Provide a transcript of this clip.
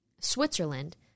Switzerland